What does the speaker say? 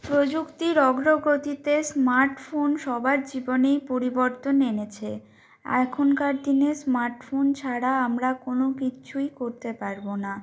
প্রযুক্তির অগ্রগতিতে স্মার্টফোন সবার জীবনেই পরিবর্তন এনেছে এখনকার দিনে স্মার্টফোন ছাড়া আমরা কোনো কিছুই করতে পারবো না